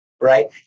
right